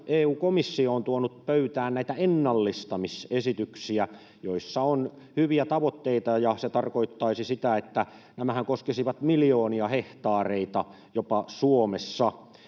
EU-komissio on tuonut pöytään ennallistamisesityksiä, joissa on hyviä tavoitteita. Ja se tarkoittaisi sitä, että nämähän koskisivat jopa miljoonia hehtaareita Suomessa.